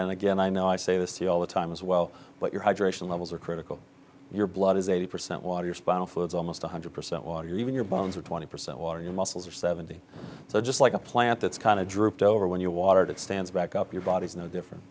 and again i know i say this to all the time as well but you're hydration levels are critical your blood is eighty percent water your spinal fluids almost one hundred percent water even your bones are twenty percent water your muscles are seventy so just like a plant that's kind of drooped over when you watered it stands back up your body is no different